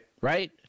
Right